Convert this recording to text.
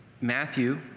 Matthew